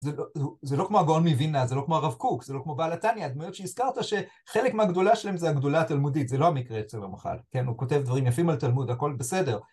זה לא כמו הגאון מווילנה, זה לא כמו הרב קוק, זה לא כמו בעל התניא, הדמויות שהזכרת, שחלק מהגדולה שלהם זה הגדולה התלמודית, זה לא המקרה אצל הרמח"ל, כן, הוא כותב דברים יפים על תלמוד, הכל בסדר.